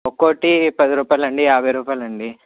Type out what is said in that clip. ఒకటి పది రుపాయలండి యాభై రుపాయలు అండి